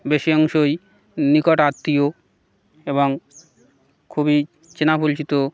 বেশি অংশই নিকট আত্মীয় এবং খুবই চেনা পরিচিত